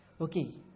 Okay